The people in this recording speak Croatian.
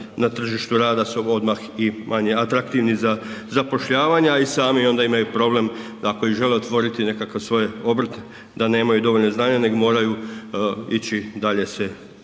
na tržištu rada su odmah i manje atraktivni za zapošljavanje, a i sami onda imaju problem da ako i žele otvoriti nekakav svoj obrt da nemaju dovoljno znanja nego moraju ići dalje se